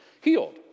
healed